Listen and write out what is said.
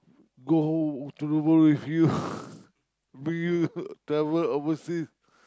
go to the world with you bring you travel overseas